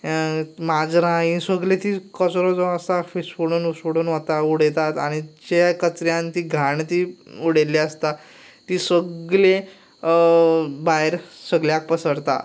माजरां हीं सगळीं तीं कचरो जो आसा सोडून वता सोडून वता उडयतात आनी ज्या कचऱ्यांत जी घाण जी उडयल्ली आसता ती सगळी भायर सगळ्याक पसरता